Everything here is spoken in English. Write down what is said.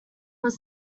was